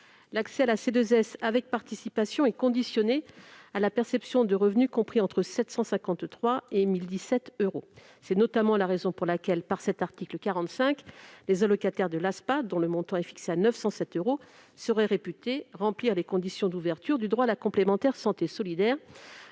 L'accès la C2S avec participation est conditionné à la perception de revenus compris entre 753 euros et 1 017 euros. C'est notamment la raison pour laquelle, avec cet article 45, les allocataires de l'ASPA, dont le montant est fixé à 907 euros, seraient réputés remplir les conditions d'ouverture du droit à la complémentaire santé solidaire